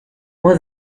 was